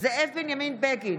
זאב בנימין בגין,